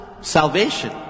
salvation